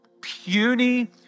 puny